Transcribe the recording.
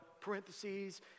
parentheses